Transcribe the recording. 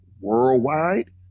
worldwide